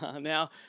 Now